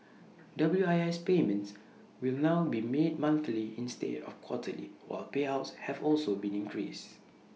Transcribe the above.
W I S payments will now be made monthly instead of quarterly while payouts have also been increased